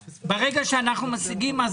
30 בנובמבר 2021. יש לנו שני נושאים על סדר-היום,